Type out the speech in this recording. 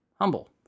humble